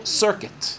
circuit